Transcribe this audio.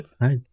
Hi